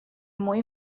muy